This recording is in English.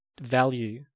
value